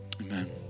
Amen